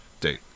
date